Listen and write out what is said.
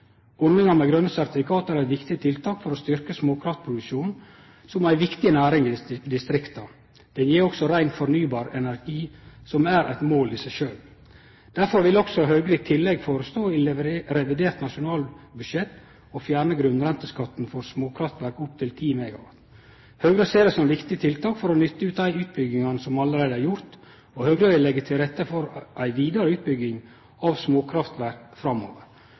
Ordninga med grøne sertifikat er eit viktig tiltak for å styrkje småkraftproduksjonen som ei viktig næring i distrikta. Det gjev også rein fornybar energi, som er eit mål i seg sjølv. Derfor vil Høgre i tillegg foreslå i revidert nasjonalbudsjett å fjerne grunnrenteskatten for småkraftverk opptil 10 MW. Høgre ser dette som viktige tiltak for å nytte ut dei utbyggingane som allereie er gjorde, og Høgre vil leggje til rette for ei vidare utbygging av småkraftverk framover.